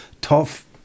tough